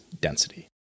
density